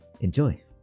enjoy